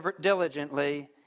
diligently